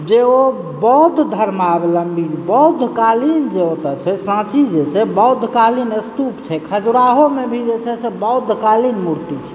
जे ओ बौद्ध धर्मावलम्बी बौद्धकालीन जे ओतऽ छै साँची जे छै बौद्धकालीन स्तूप छै खजुराहोमे भी जे छै से बौद्धकालीन मूर्ति छै